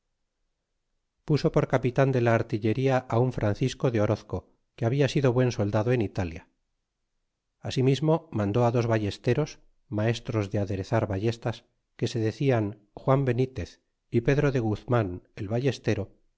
puso por capitan de la artillería un francisco de orozco que habia sido buen soldado en italia asimismo mandó dos ballesteros maestros de aderezar ballestas que se decian juan benitez y pedro de guzman el ballestero